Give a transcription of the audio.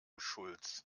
schulz